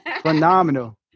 Phenomenal